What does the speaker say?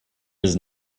does